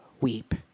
weep